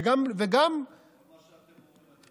כל מה שאתם אומרים אתם